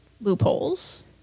loopholes